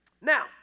Now